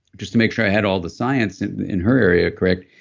just to make sure i had all the science in her area correct,